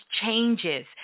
changes